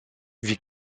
wie